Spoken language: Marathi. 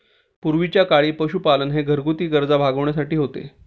पूर्वीच्या काळी पशुपालन हे घरगुती गरजा भागविण्यासाठी होते